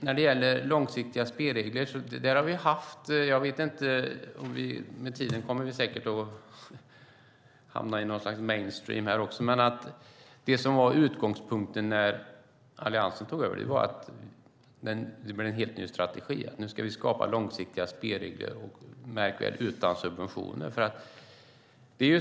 När det gäller långsiktiga spelregler kommer vi säkert med tiden att hamna i något slags mainstream här också, men det som var utgångspunkten när Alliansen tog över var att det blev en helt ny strategi som innebär att vi nu skapar långsiktiga spelregler - utan subventioner, märk väl.